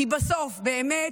כי בסוף, באמת,